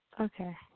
Okay